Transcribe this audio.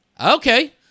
Okay